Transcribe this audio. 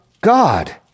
God